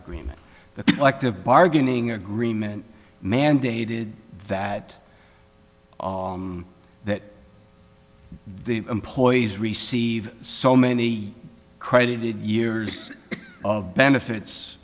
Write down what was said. agreement the elective bargaining agreement mandated that all that the employees receive so many credited years of benefits